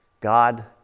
God